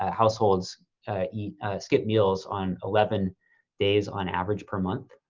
ah households skip meals on eleven days on average per month,